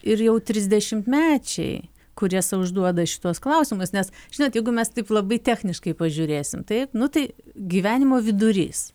ir jau trisdešimtmečiai kurie sau užduoda šituos klausimus nes net jeigu mes tik labai techniškai pažiūrėsim taip nu tai gyvenimo vidurys